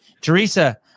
Teresa